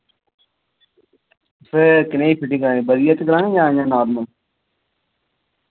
फिर कनेई फिटिंग करानी बधिया च करानी जां इय्यां नार्मल